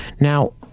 Now